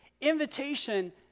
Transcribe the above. invitation